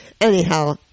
Anyhow